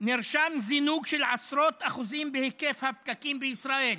נרשם זינוק של עשרות אחוזים בהיקף הפקקים בישראל.